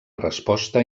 resposta